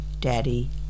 Daddy